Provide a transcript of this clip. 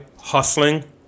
hustling